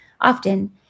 often